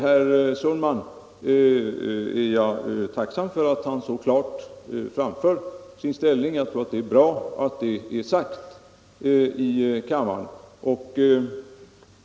Jag är tacksam för att herr Sundman så klart framför sin ståndpunkt. Jag tror det är bra att det är sagt i kammaren.